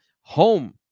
home